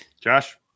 Josh